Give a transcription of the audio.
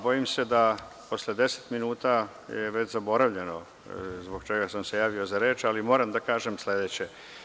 Bojim se da sam posle 10 minuta već zaboravio zbog čega sam se javio za reč, ali moram da kažem sledeće.